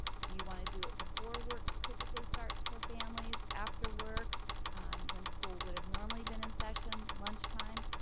do you want to do it before work typically starts for families? after work when school would have normally been in session? lunch time?